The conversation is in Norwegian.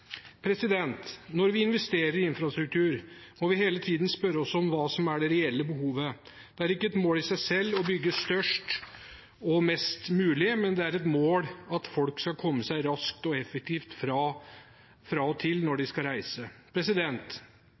Når vi investerer i infrastruktur, må vi hele tiden spørre oss hva som er det reelle behovet. Det er ikke et mål i seg selv å bygge størst og mest mulig, men det er et mål at folk skal komme seg raskt og effektivt til og fra når de skal reise.